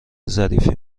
ظریفی